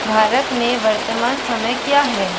भारत में वर्तमान समय क्या है